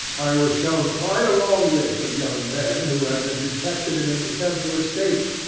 i was shown quite a long list of young men who had been detected in an attempt to escape,